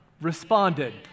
responded